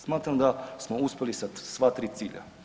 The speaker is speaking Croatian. Smatram da smo uspjeli sa sva 3 cilja.